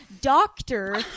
doctor